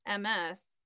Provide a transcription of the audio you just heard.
MS